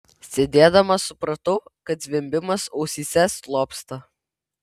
sėdėdama supratau kad zvimbimas ausyse slopsta